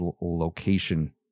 location